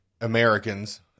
Americans